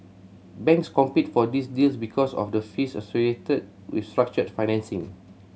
banks compete for these deals because of the fees associated with structured financing